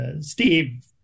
Steve